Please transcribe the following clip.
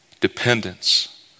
dependence